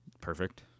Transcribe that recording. Perfect